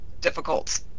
difficult